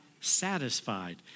satisfied